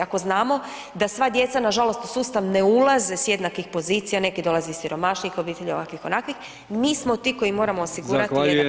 Ako znamo da sva djeca nažalost u sustav ne ulaze s jednakih pozicija, neku dolaze iz siromašnijih obitelji, ovakvih, onakvih, mi smo ti koji moramo osigurati